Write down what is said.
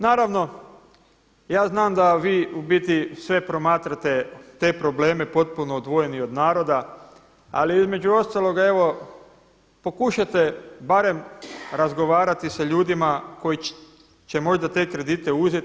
Naravno ja znam da vi u biti sve promatrate te probleme potpuno odvojeni od naroda, ali između ostaloga evo pokušajte barem razgovarati sa ljudima koji će možda te kredite uzeti.